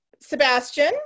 Sebastian